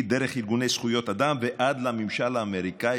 דרך ארגוני זכויות אדם ועד לממשל האמריקאי,